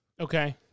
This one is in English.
Okay